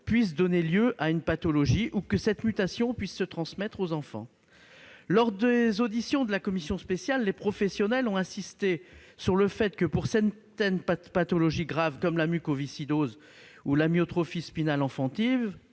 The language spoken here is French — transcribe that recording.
puisse donner lieu à une pathologie, ou que cette mutation puisse se transmettre aux enfants. Lors de leur audition par la commission spéciale, les professionnels ont insisté sur le fait que certaines pathologies graves, comme la mucoviscidose ou l'amyotrophie spinale infantile,